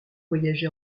voyagé